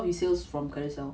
a lot of resales from Carousell